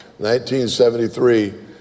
1973